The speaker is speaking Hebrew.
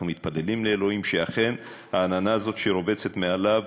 אנחנו מתפללים לאלוהים שאכן העננה הזאת שרובצת מעליו